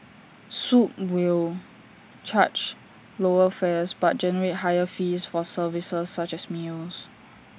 swoop will charge lower fares but generate higher fees for services such as meals